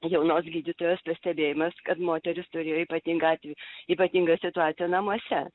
jaunos gydytojos pastebėjimas kad moteris turėjo ypatingą atvejį ypatingą situaciją namuose